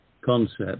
concept